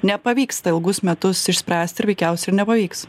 nepavyksta ilgus metus išspręst ir veikiausiai ir nepavyks